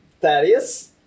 Thaddeus